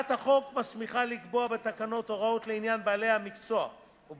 הצעת החוק מסמיכה לקבוע בתקנות הוראות לעניין בעלי המקצוע או